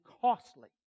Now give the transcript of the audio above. costly